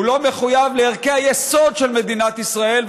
הוא לא מחויב לערכי היסוד של מדינת ישראל,